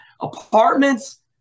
apartments